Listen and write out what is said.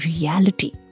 reality